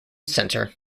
centre